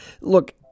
Look